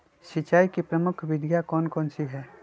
सिंचाई की प्रमुख विधियां कौन कौन सी है?